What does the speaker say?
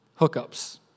hookups